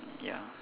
ya